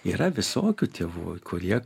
yra visokių tėvų kurie